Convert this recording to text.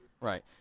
Right